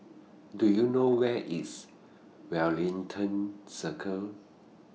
Do YOU know Where IS Wellington Circle